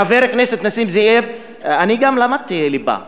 לחבר הכנסת נסים זאב, אני גם למדתי ליבה בבית-ספר.